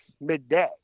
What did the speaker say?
midday